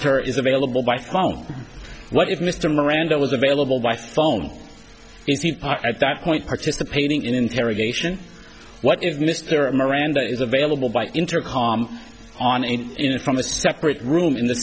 her is available by phone what if mr miranda was available by phone at that point participating in interrogation what if mr miranda is available by intercom on in from a separate room in the